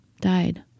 died